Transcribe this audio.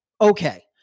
Okay